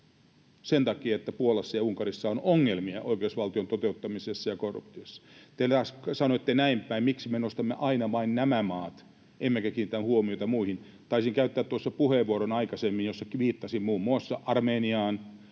sen takia, että Puolassa ja Unkarissa on ongelmia oikeusvaltion toteuttamisessa ja korruptiossa. Te taas sanoitte näin päin: miksi me nostamme aina vain nämä maat emmekä kiinnitä huomiota muihin? Taisin käyttää tuossa aikaisemmin puheenvuoron, jossa viittasin muun muassa Armeniaan,